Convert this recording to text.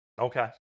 okay